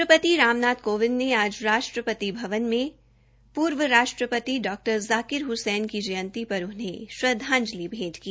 राष्ट्र ति राम नाथ कोविंद ने आज राष्ट्र ति भवन में ूर्व राष्ट्र ति डॉ जाक्विर हसैन की जयंती र उन्हें श्रद्धांजलि भेंट की